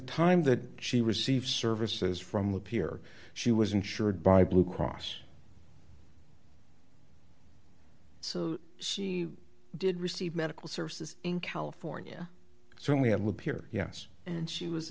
time that she received services from the pier she was insured by blue cross so she did receive medical services in california certainly have lived here yes and she was